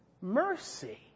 mercy